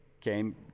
came